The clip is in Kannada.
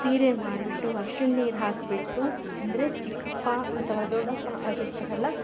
ಸೀರೆ ಮಾಡ್ಬಿಟ್ಟು ಅರ್ಶಿನ ನೀರು ಹಾಕ್ಬಿಟ್ಟು ಅಂದರೆ ಚಿಕ್ಕಪ್ಪ ಅಥವ ದೊಡ್ಡಪ್ಪ ಆಗಿರ್ತಾರಲ್ಲ